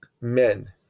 men